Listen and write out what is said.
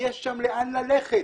יהיה שם לאן ללכת.